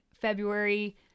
February